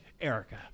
Erica